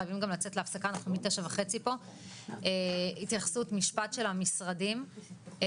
התייחסות במשפט של המשרדים.